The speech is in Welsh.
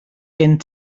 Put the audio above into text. gen